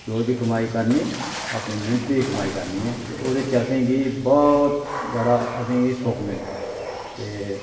जो बी कमाई करनी अपनी मेह्नत दी कमाई करनी ऐ ते ओह्दे च असें गी बहुत बड़ा असें गी सुख मिलदा ते